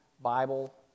Bible